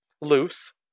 loose